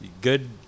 good